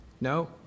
No